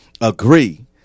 agree